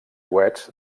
coets